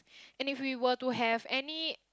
and if we were to have any